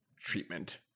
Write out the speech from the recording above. treatment